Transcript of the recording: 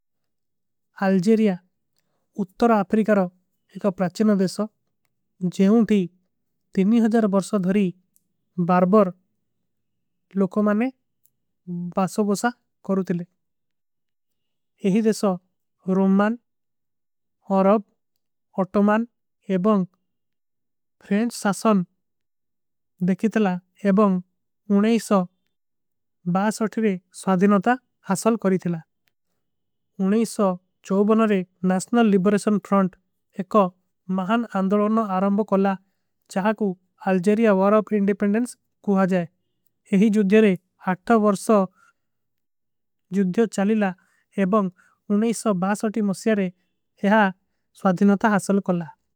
ଅଲଜେରିଯା ଉତ୍ତର ଆଫ୍ରିକାରୋ ଏକ ପ୍ରାଚେନୋ ଦେଶୋ ଜେହୂଂ ଥୀ। ବର୍ସୋ ଧୋରୀ ବାର ବର ଲୋକୋ ମାନେ ବାସୋ ବୋସା କରୂ ଥିଲେ। ଏହୀ ଦେଶୋ ରୋମାନ ଅରବ ଅଟୋମାନ ଏବଂଗ ଫ୍ରେଂଚ ସାସନ ଦେଖୀ। ଥିଲା ଏବଂଗ ଵେ ସ୍ଵାଦିନତା ଅସଲ କରୀ ଥିଲା ରେ ନାଶନଲ। ଲିବରେଶନ ଫ୍ରାଂଟ ଏକ ମହନ ଅଂଧଲୋନ ନ ଆରଂବ କରଲା ଚାହା। କୁ ଅଲଜେରିଯା ଵରାପ ଇଂଡିପେଂଡନ୍ସ କୁହା ଜାଏ ଏହୀ ଜୁଧ୍ଯରେ। ଵରସ ଜୁଧ୍ଯୋ ଚଲୀଲା ଏବଂଗ ମୁସ୍ଯରେ ଯହା ସ୍ଵାଦିନତା ଅସଲ କରଲା।